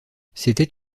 c’était